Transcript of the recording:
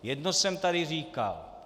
Jedno jsem tady říkal.